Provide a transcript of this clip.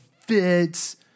fits